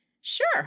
Sure